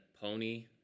pony